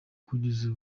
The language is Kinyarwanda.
kugeza